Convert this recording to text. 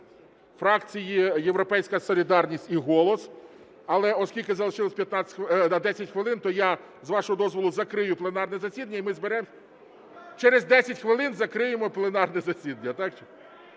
Фракції "Європейська солідарність" і "Голос". Але оскільки залишилося 10 хвилин, то я, з вашого дозволу, закрию пленарне засіданні, і ми зберемося... (Шум у залі) Через 10 хвилин закриємо пленарне засідання.